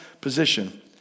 position